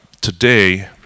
today